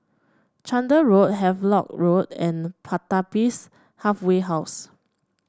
Chander Road Havelock Road and Pertapis Halfway House